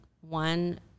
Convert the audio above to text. one